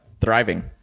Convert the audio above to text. Thriving